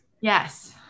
Yes